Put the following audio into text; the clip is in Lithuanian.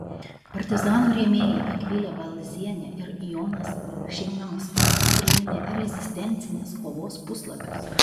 partizanų rėmėjai akvilė balzienė ir jonas šeinauskas priminė rezistencinės kovos puslapius